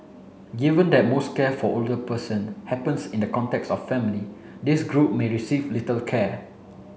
given that most care for older person happens in the context of family this group may receive little care